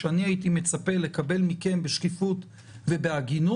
שאני הייתי מצפה לקבל מכם בשקיפות ובהגינות.